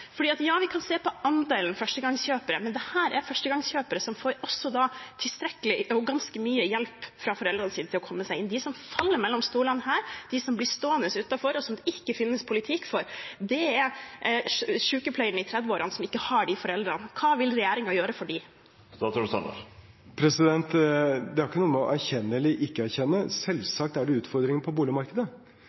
Ja, vi kan se på andelen førstegangskjøpere, men dette er førstegangskjøpere som får tilstrekkelig og ganske mye hjelp fra foreldrene sine til å komme seg inn. De som faller mellom stolene her, de som blir stående utenfor, og som det ikke finnes politikk for, det er f.eks. sykepleierne i 30-årene som ikke har de foreldrene. Hva vil regjeringen gjøre for dem? Det har ikke noe med å erkjenne eller ikke erkjenne å gjøre. Selvsagt er det utfordringer på boligmarkedet.